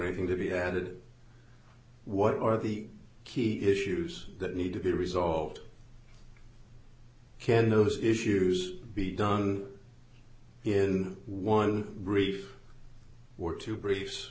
ning to be handed what are the key issues that need to be resolved can those issues be done in one brief or two briefs